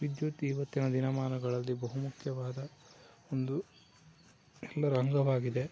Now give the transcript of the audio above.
ವಿದ್ಯುತ್ ಈವತ್ತಿನ ದಿನಮಾನಗಳಲ್ಲಿ ಬಹುಮುಖ್ಯವಾದ ಒಂದು ಎಲ್ಲರ ಅಂಗವಾಗಿದೆ